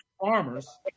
farmers